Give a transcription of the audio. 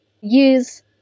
use